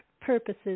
purposes